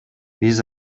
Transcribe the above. биз